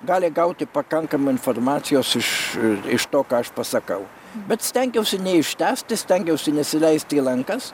gali gauti pakankamai informacijos iš iš to ką aš pasakau bet stengiausi neištęsti stengiausi nesileisti į lankas